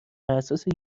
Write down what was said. اساس